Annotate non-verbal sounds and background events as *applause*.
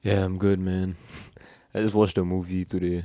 ya I'm good man *noise* I just watched a movie today